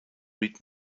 read